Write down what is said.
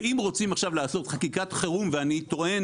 ואם רוצים עכשיו לעשות חקיקת חירום ואני טוען